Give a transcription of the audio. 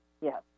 Yes